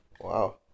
Wow